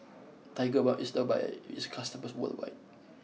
Tigerbalm is loved by its customers worldwide